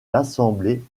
l’assemblée